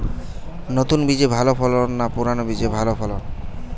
নতুন বীজে ভালো ফলন না পুরানো বীজে ভালো ফলন?